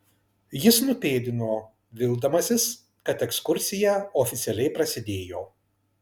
jis nupėdino vildamasis kad ekskursija oficialiai prasidėjo